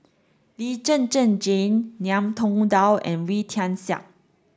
Lee Zhen Zhen Jane Ngiam Tong Dow and Wee Tian Siak